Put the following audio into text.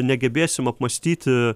negebėsim apmąstyti